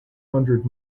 hundred